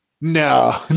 no